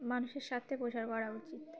মানুষের স্বার্থে প্রচার করা উচিত